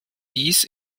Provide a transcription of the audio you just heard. dies